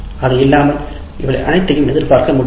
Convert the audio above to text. அது இல்லாமல் இவை அனைத்தையும் எதிர்பார்க்க முடியாது